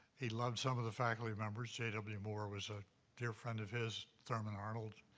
he loved some of the faculty members. j. w. moore was a dear friend of his, thurman arnold.